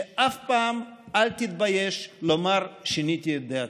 שאף פעם אל תתבייש לומר: שיניתי את דעתי.